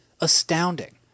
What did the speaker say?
astounding